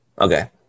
okay